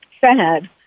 sad